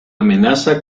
amenaza